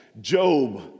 Job